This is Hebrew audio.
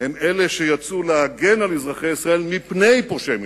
הם אלה שיצאו להגן על אזרחי ישראל מפני פושעי מלחמה,